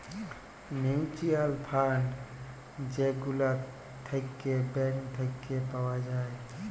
mutual fund যে গুলা থাক্যে ব্যাঙ্ক থাক্যে পাওয়া যায়